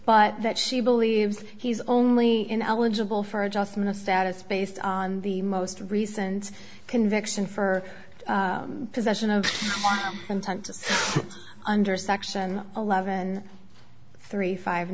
but that she believes he's only ineligible for adjustment of status based on the most recent conviction for possession of intent under section eleven three five